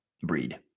breed